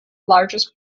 largest